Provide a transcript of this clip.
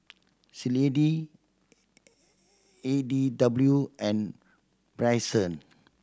Clydie E D W and Bryson